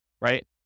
right